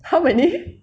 how many